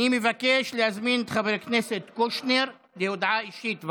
מבקש להזמין את חבר הכנסת קושניר להודעה אישית.